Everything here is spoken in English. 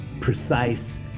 precise